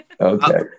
Okay